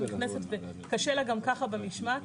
נכנסת וקשה לה גם ככה במשמעת,